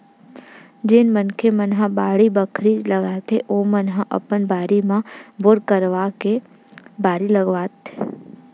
जेन मनखे मन ह बाड़ी बखरी लगाथे ओमन ह अपन बारी म बोर करवाके बारी लगावत